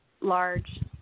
large